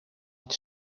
het